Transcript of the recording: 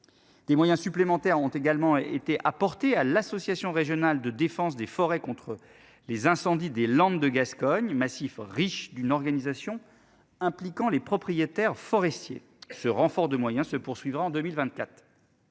Des moyens supplémentaires ont également été apportées à l'association régionale de défense des forêts contre les incendies des Landes de Gascogne massif riche d'une organisation impliquant les propriétaires forestiers ce renfort de moyens se poursuivra en 2024.